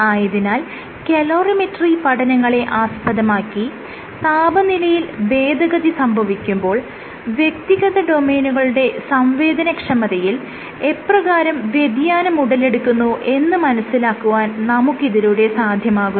ആയതിനാൽ കലോറിമെട്രി പഠനങ്ങളെ ആസ്പദമാക്കി താപനിലയിൽ ഭേദഗതി സംഭവിക്കുമ്പോൾ വ്യക്തിഗത ഡൊമെയ്നുകളുടെ സംവേദനക്ഷമതയിൽ എപ്രകാരം വ്യതിയാനം ഉടലെടുക്കുന്നു എന്ന് മനസ്സിലാക്കുവാൻ നമുക്ക് ഇതിലൂടെ സാധ്യമാകുന്നു